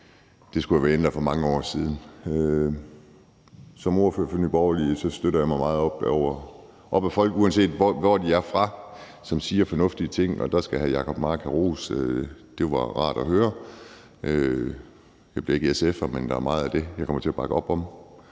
Det skulle have været ændret for mange år siden. Som ordfører for Nye Borgerlige støtter jeg mig meget op ad folk, uanset hvor de er fra, som siger fornuftige ting, og der skal hr. Jacob Mark have ros. Det var rart at høre. Jeg bliver ikke SF'er, men der er meget af det, jeg kommer til at bakke op om,